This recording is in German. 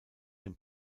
dem